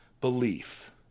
belief